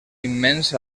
immens